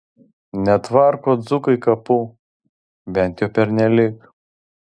netvarko dzūkai kapų bent jau pernelyg